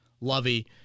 Lovey